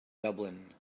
dublin